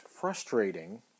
frustrating